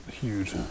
huge